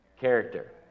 character